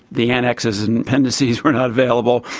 the annexes and appendices were not available.